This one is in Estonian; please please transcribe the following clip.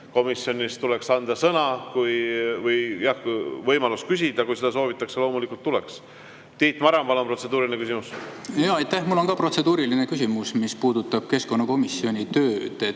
komisjonis tuleks anda sõna või võimalus küsida, kui seda soovitakse: loomulikult tuleks. Tiit Maran, palun, protseduuriline küsimus! Jaa, aitäh! Mul on ka protseduuriline küsimus, mis puudutab keskkonnakomisjoni tööd. Me